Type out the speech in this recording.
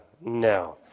No